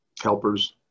helpers